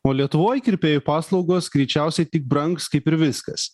o lietuvoj kirpėjų paslaugos greičiausiai tik brangs kaip ir viskas